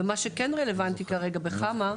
ומה שכן רלוונטי כרגע בחמ"ע,